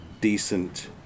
decent